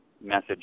message